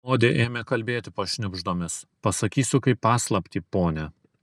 modė ėmė kalbėti pašnibždomis pasakysiu kaip paslaptį pone